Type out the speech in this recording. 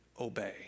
obey